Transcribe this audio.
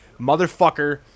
motherfucker